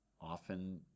often